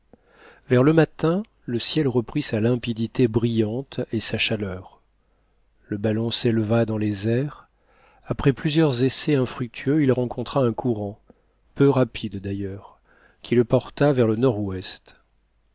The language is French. vers le matin le ciel reprit sa limpidité brillante et sa chaleur le ballon s'éleva dans les airs après plusieurs essais infructueux il rencontra un courant peu rapide d'ailleurs qui le porta vers le nord-ouest